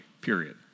period